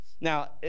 Now